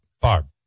Barb